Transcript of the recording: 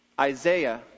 Isaiah